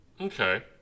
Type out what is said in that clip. Okay